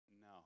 No